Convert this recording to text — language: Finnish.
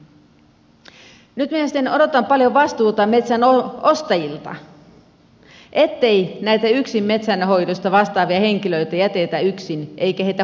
nyt minä sitten odotan paljon vastuuta metsän ostajilta ettei näitä yksin metsänhoidosta vastaavia henkilöitä jätetä yksin eikä heitä huiputeta